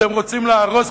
אתם רוצים להרוס,